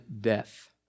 death